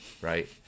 right